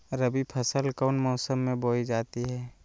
रबी फसल कौन मौसम में बोई जाती है?